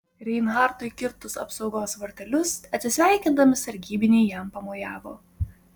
reinhartui kirtus apsaugos vartelius atsisveikindami sargybiniai jam pamojavo